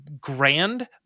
grand